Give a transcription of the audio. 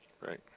right